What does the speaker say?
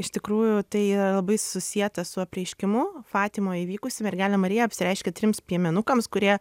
iš tikrųjų tai labai susieta su apreiškimu fatimoj įvykusiu mergelė marija apsireiškė trims piemenukams kurie